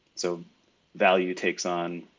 so value takes on